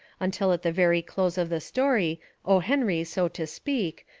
until at the very close of the story o. henry, so to speak,